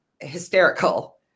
hysterical